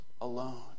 alone